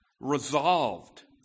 resolved